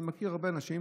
אני מכיר הרבה אנשים,